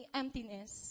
emptiness